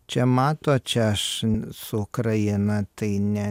čia matot čia aš su ukraina tai ne